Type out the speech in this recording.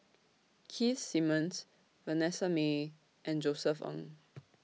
Keith Simmons Vanessa Mae and Josef Ng